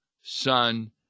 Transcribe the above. Son